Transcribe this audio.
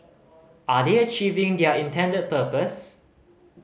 are they achieving their intended purpose